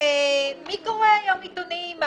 מי קורא היום עיתונים?